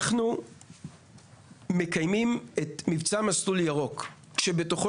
אנחנו מקיימים את מבצע ׳מסלול ירוק׳ כשבתוכו